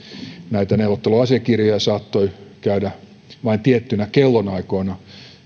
näitä neuvotteluasiakirjoja saattoi käydä vain tiettyinä kellonaikoina